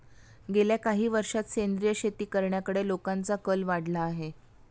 गेल्या काही वर्षांत सेंद्रिय शेती करण्याकडे लोकांचा कल वाढला आहे